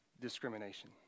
discrimination